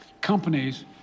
companies